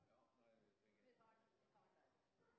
ja. Det er